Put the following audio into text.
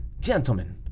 Gentlemen